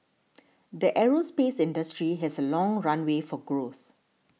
the aerospace industry has a long runway for growth